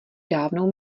dávnou